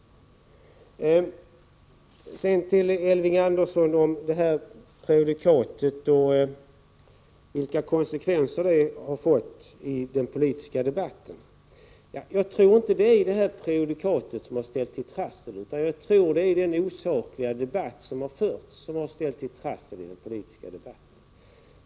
Sedan vill jag säga några ord till Elving Andersson om det här prejudikatet och vilka konsekvenser det har fått i den politiska debatten. Jag tror inte det är prejudikatet som ställt till trassel, utan jag tror det är den osakliga diskussion som har förts som har ställt till trassel i den politiska debatten.